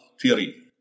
theory